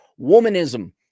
womanism